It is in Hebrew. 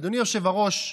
אדוני היושב-ראש,